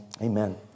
Amen